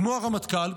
כמו הרמטכ"ל,